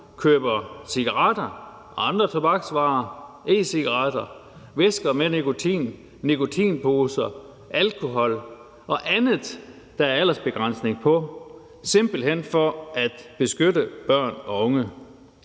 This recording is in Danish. køber cigaretter og andre tobaksvarer, e-cigaretter, væsker med nikotin, nikotinposer, alkohol og andet, der er aldersbegrænsning på – simpelt hen for at beskytte børn og unge.